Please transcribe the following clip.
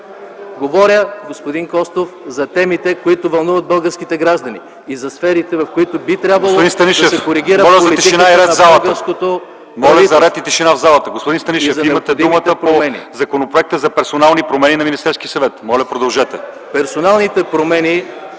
Говоря, господин Костов, за темите, които вълнуват българските граждани, и за сферите, в които би трябвало да се коригира политиката на българското правителство. (Шум и реплики.)